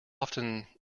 often